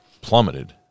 plummeted